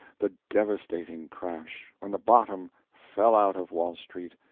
the devastating crash, when the bottom fell out of wall street,